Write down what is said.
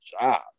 job